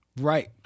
Right